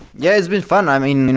yeah, it's been fun. i mean,